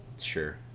Sure